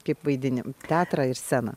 kaip vaidinimą teatrą ir sceną